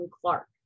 Clark